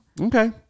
Okay